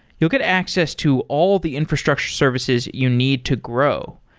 you'll get access to all the infrastructure services you need to grow.